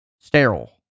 sterile